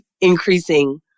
increasing